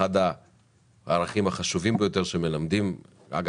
אחד הערכים החשובים ביותר שמלמדים גם